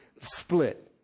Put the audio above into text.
split